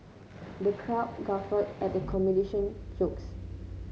the crowd guffawed at the jokes